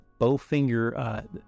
Bowfinger